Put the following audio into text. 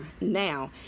now